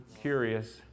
curious